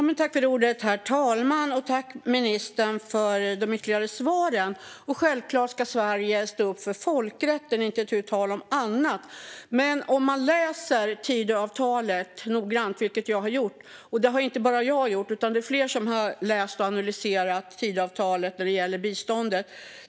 Herr talman! Jag tackar ministern för de ytterligare svaren. Givetvis ska Sverige stå upp för folkrätten, inte tu tal om annat. Det är inte bara jag som har läst Tidöavtalet noggrant, utan fler har läst och analyserat det vad gäller biståndet.